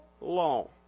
long